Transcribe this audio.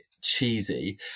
cheesy